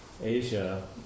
Asia